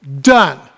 done